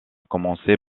commencer